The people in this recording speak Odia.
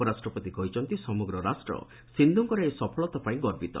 ଉପରାଷ୍ଟ୍ରପତି କହିଛନ୍ତି ସମଗ୍ର ରାଷ୍ଟ୍ର ସିକ୍ଷୁଙ୍କର ଏହି ସଫଳତା ପାଇଁ ଗର୍ବିତ